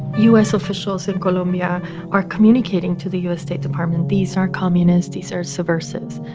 u s. officials in colombia are communicating to the u s. state department these are communists these are subversives.